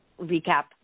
recap